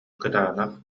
кытаанах